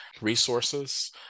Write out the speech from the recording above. resources